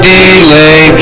delay